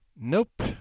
Nope